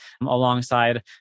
alongside